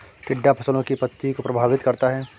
टिड्डा फसलों की पत्ती को प्रभावित करता है